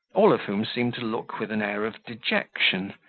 all of whom seemed to look with an air of dejection,